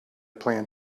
plan